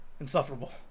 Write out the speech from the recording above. insufferable